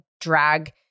drag